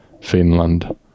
Finland